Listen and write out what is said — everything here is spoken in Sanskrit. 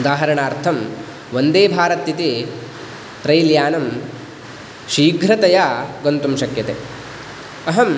उदाहरणार्थं वन्देभारत् इति रैल् यानं शीघ्रतया गन्तुं शक्यते अहम्